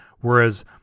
Whereas